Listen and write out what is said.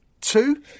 two